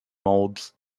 molds